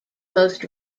most